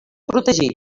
protegit